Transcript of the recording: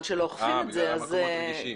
שלא אוכפים את זה אז --- זה המקומות הרגישים.